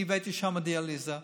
הבאתי לשם דיאליזה,